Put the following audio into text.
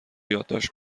یادداشت